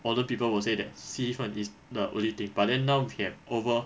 older people will say that 洗衣粉 is the only thing but then now we have over